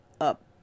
up